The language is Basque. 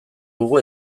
dugu